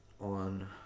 on